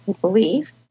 believe